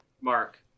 Mark